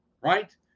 right